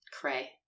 cray